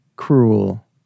cruel